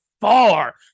far